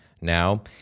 now